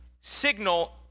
signal